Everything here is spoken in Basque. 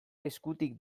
eskutik